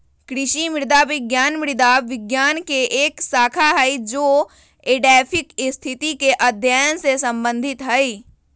कृषि मृदा विज्ञान मृदा विज्ञान के एक शाखा हई जो एडैफिक स्थिति के अध्ययन से संबंधित हई